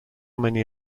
many